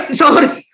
sorry